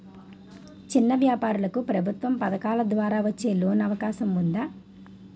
చిన్న వ్యాపారాలకు ప్రభుత్వం పథకాల ద్వారా వచ్చే లోన్ అవకాశం ఉందా?